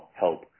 help